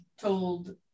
told